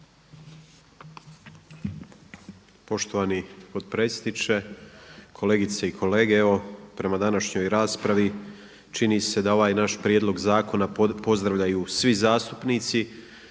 Poštovani potpredsjedniče, kolegice i kolege. Evo prema današnjoj raspravi čini se da ovaj naš prijedlog zakona pozdravljaju svi zastupnici,